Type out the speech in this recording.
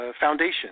foundation